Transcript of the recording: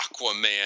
Aquaman